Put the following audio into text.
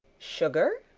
sugar?